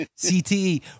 CTE